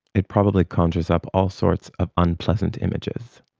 it probably conjures up all sorts of unpleasant images,